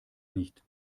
nicht